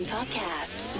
Podcast